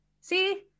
see